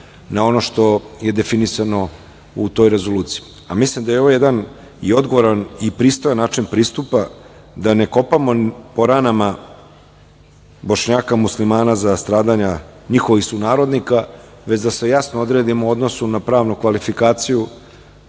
na ono što je definisano u toj rezoluciji. Mislim da je ovo jedan odgovoran i pristojan način pristupa, da ne kopamo po ranama Bošnjaka, Muslimana za stradanja njihovih sunarodnika, već da se jasno odredimo u odnosu na pravnu kvalifikaciju,